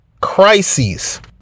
crises